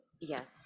Yes